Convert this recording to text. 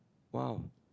!wow!